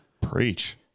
Preach